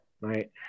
right